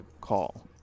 call